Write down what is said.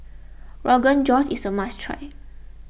Rogan Josh is a must try